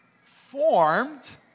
formed